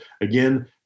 again